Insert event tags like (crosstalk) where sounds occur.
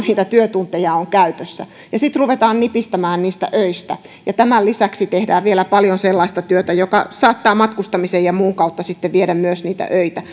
(unintelligible) niitä työtunteja on käytössä ja sitten ruvetaan nipistämään niistä öistä ja tämän lisäksi tehdään vielä paljon sellaista työtä joka saattaa myös matkustamisen ja muun kautta sitten viedä niitä öitä (unintelligible)